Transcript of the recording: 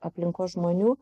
aplinkos žmonių